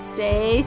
Stay